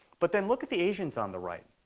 but then look at the asians on the right.